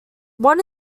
one